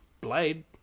Blade